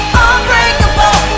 unbreakable